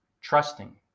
trusting